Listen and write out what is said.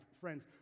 Friends